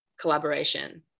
collaboration